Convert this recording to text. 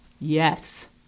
Yes